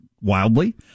wildly